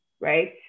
right